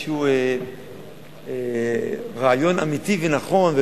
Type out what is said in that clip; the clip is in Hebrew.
לאיזה רעיון אמיתי ונכון,